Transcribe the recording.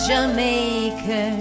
Jamaica